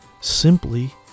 simply